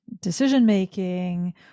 decision-making